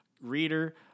reader